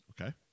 Okay